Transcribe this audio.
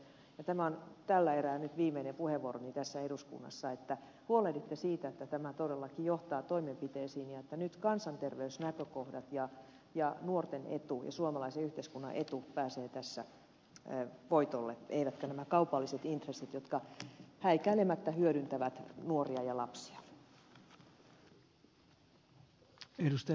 minä pyydän teitä edustajat ja tämä on tällä erää nyt viimeinen puheenvuoroni tässä eduskunnassa että huolehditte siitä että tämä todellakin johtaa toimenpiteisiin ja että nyt kansanterveysnäkökohdat ja nuorten etu ja suomalaisen yhteiskunnan etu pääsevät tässä voitolle eivätkä nämä kaupalliset intressit jotka häikäilemättä hyödyntävät nuoria ja lapsia